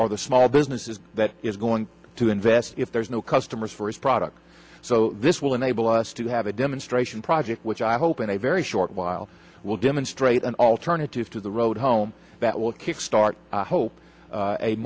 or the small businesses that is going to invest if there's no customers for his products so this will enable us to have a demonstration project which i hope in a very short while will demonstrate an alternative to the road home that will kickstart hope